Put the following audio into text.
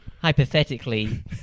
hypothetically